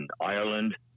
Ireland